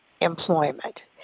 employment